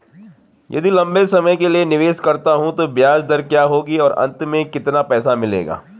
यदि लंबे समय के लिए निवेश करता हूँ तो ब्याज दर क्या होगी और अंत में कितना पैसा मिलेगा?